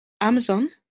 Amazon